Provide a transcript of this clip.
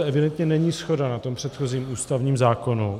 Protože evidentně není shoda na tom předchozím ústavním zákonu.